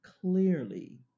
clearly